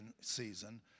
season